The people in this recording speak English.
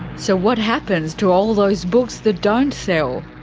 so what happens to all those books that don't sell?